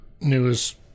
newest